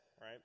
right